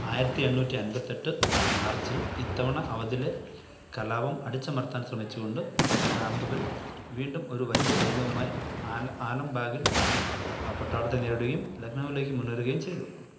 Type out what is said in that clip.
ആയിരത്തി എണ്ണൂറ്റി അൻപത്തെട്ട് മാർച്ചിൽ ഇത്തവണ അവധിലെ കലാപം അടിച്ചമർത്താൻ ശ്രമിച്ചുകൊണ്ട് കാംപ്കൾ വീണ്ടും ഒരു വലിയ സൈന്യവുമായി ആലംബാഗില് വച്ച് ആ പട്ടാളത്തെ നേരിടുകയും ലക്നൗവിലേക്ക് മുന്നേറുകയും ചെയ്തു